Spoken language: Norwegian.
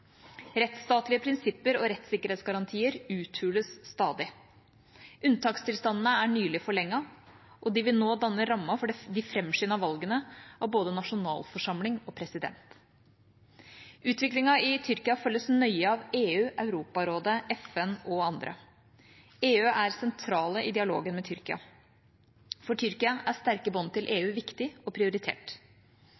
Rettsstatlige prinsipper og rettssikkerhetsgarantier uthules stadig. Unntakstilstandene er nylig forlenget, og de vil nå danne rammen for de framskyndede valgene av både nasjonalforsamling og president. Utviklingen i Tyrkia følges nøye av EU, Europarådet, FN og andre. EU er sentral i dialogen med Tyrkia. For Tyrkia er sterke bånd til